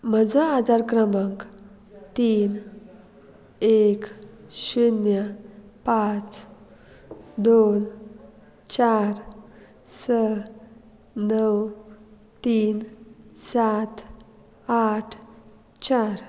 म्हजो आदार क्रमांक तीन एक शुन्य पांच दोन चार स णव तीन सात आठ चार